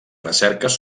recerques